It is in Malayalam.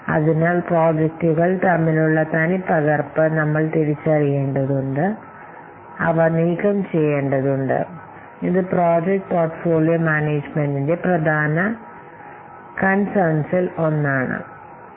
അതിനാൽ പ്രോജക്റ്റുകൾ തമ്മിലുള്ള തനിപ്പകർപ്പ് നമ്മൾ തിരിച്ചറിയേണ്ടതുണ്ട് അവ നീക്കംചെയ്യേണ്ടതുണ്ട് ഇത് പ്രോജക്റ്റ് പോർട്ട്ഫോളിയോ മാനേജുമെന്റിന്റെ പ്രധാന ആശങ്കകളിൽ ഒന്നാണ് ആവശ്യമായ സംഭവവികാസങ്ങൾ അശ്രദ്ധമായി നഷ്ടപ്പെട്ടിട്ടില്ലെന്ന് ഉറപ്പാക്കുന്നു